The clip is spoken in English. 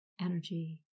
energy